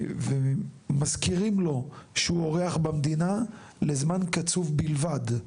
מזכירים לו שהוא אורח במדינה לזמן קצוב בלבד,